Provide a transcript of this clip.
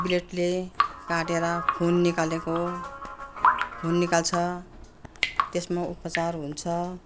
ब्लेडले काटेर खुन निकालेको खुन निकाल्छ त्यसमा उपचार हुन्छ